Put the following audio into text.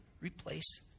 replace